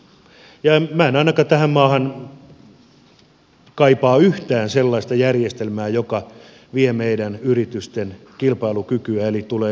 minä en ainakaan tähän maahan kaipaa yhtään sellaista järjestelmää joka vie meidän yritysten kilpailukykyä eli jossa tulee lisäkustannuksia